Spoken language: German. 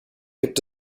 gibt